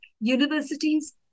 universities